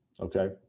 okay